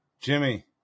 Jimmy